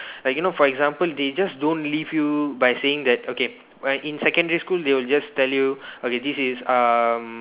like you know for example they just don't leave you by saying that okay when in secondary school they will just tell you okay this is um